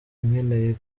nkeneye